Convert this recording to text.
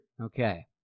Okay